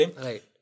Right